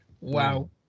Wow